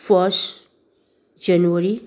first January